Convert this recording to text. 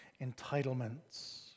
entitlements